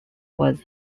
was